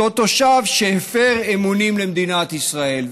אותו תושב הפר אמונים למדינת ישראל.